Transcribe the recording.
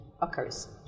occurs